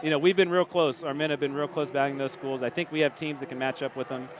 you know we've been real close. our men have been real close. but you know i think we have teams that can match up with them.